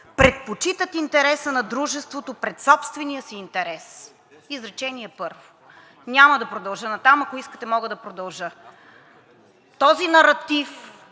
предпочитат интереса на дружеството пред собствения си интерес.“ – изречение първо. Няма да продължа натам, ако искате мога да продължа. Този наратив,